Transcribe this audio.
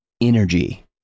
Energy